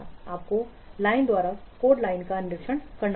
आपको लाइन द्वारा code line का निरीक्षण करना होगा